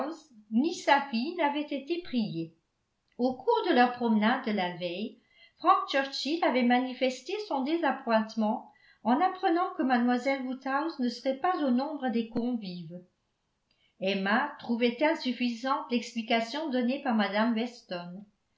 sa fille n'avaient été priés au cours de leur promenade de la veille frank churchill avait manifesté son désappointement en apprenant que mlle woodhouse ne serait pas au nombre des convives emma trouvait insuffisante l'explication donnée par mme weston